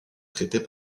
traitées